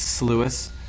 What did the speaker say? Lewis